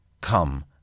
Come